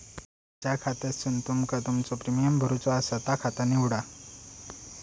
ज्या खात्यासून तुमका तुमचो प्रीमियम भरायचो आसा ता खाता निवडा